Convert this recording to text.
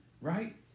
right